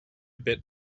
bit